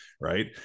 Right